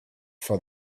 for